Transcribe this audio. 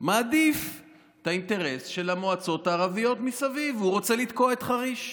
מעדיף את האינטרס של המועצות הערביות מסביב והוא רוצה לתקוע את חריש,